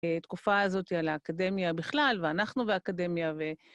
תקופה הזאת על האקדמיה בכלל, ואנחנו והאקדמיה ו...